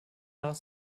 nach